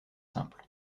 simple